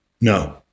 No